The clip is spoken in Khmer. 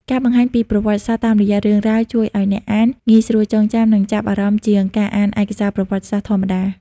ការបង្ហាញពីប្រវត្តិសាស្ត្រតាមរយៈរឿងរ៉ាវ ជួយឲ្យអ្នកអានងាយស្រួលចងចាំ និងចាប់អារម្មណ៍ជាងការអានឯកសារប្រវត្តិសាស្ត្រធម្មតា។